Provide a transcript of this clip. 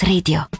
Radio